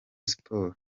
sports